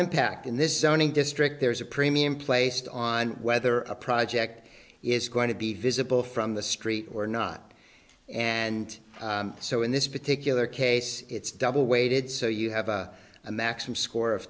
impact in this zoning district there's a premium placed on whether a project is going to be visible from the street or not and so in this particular case it's double weighted so you have a maximum score of